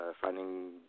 finding